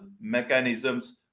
mechanisms